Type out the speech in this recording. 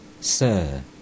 Sir